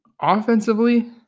Offensively